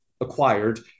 acquired